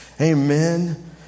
Amen